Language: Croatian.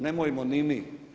Nemojmo ni mi.